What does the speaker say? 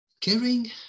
Caring